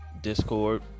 Discord